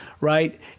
right